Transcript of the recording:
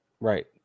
Right